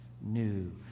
new